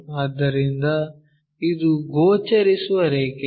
ಆದ್ದರಿಂದ ಇದು ಗೋಚರಿಸುವ ರೇಖೆ